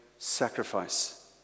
sacrifice